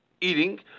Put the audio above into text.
eating